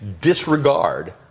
disregard